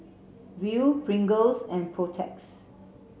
Viu Pringles and Protex